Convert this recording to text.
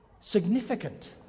significant